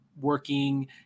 working